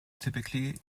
typically